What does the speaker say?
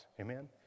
Amen